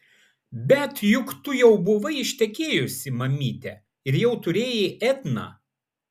bet juk tu jau buvai ištekėjusi mamyte ir jau turėjai etną